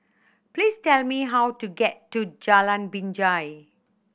please tell me how to get to Jalan Binjai